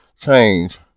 change